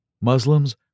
Muslims